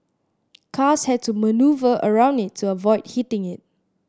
cars had to manoeuvre around it to avoid hitting it